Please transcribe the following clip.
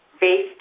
based